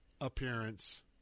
appearance